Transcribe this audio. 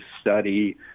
study